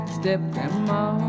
step-grandma